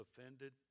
offended